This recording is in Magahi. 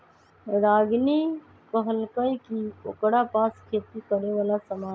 रागिनी कहलकई कि ओकरा पास खेती करे वाला समान हई